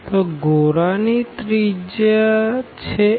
તો ગોળા ની રેડીઅસ છે a